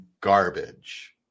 Garbage